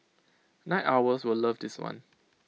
night owls will love this one